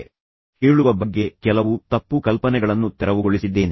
ನಾನು ಸಹ ಕೇಳುವ ಬಗ್ಗೆ ಕೆಲವು ತಪ್ಪು ಕಲ್ಪನೆಗಳನ್ನು ತೆರವುಗೊಳಿಸಿದ್ದೇನೆ